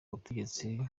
butegetsi